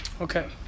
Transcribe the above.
Okay